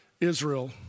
Israel